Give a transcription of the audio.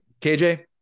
KJ